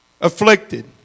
afflicted